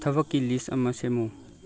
ꯊꯕꯛꯀꯤ ꯂꯤꯁ ꯑꯃ ꯁꯦꯝꯃꯨ